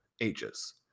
ages